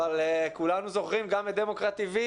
אבל כולנו זוכרים גם את דמוקרטTV,